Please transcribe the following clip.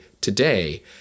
today